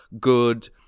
good